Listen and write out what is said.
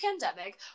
pandemic